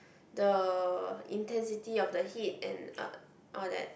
the intensity of the heat and uh all that